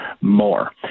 more